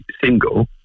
single